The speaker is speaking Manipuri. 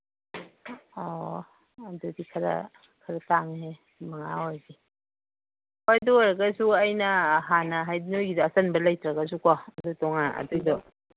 ꯑꯣ ꯑꯗꯨꯗꯤ ꯈꯔ ꯈꯔ ꯇꯥꯡꯉꯦ ꯑꯗꯨꯃꯥꯏꯅ ꯑꯣꯏꯔꯒꯗꯤ ꯍꯣꯏ ꯑꯗꯨ ꯑꯣꯏꯔꯒꯁꯨ ꯑꯩꯅ ꯍꯥꯟꯅ ꯍꯥꯏꯗꯤ ꯅꯣꯏꯒꯤꯗꯣ ꯑꯆꯟꯕ ꯂꯩꯇ꯭ꯔꯒꯁꯨꯀꯣ ꯑꯗꯨ ꯑꯗꯨꯏꯗꯣ